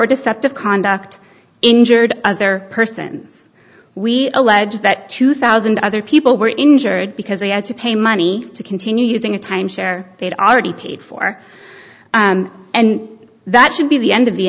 or deceptive conduct injured other person we allege that two thousand other people were injured because they had to pay money to continue using a timeshare they'd already paid for and that should be the end of the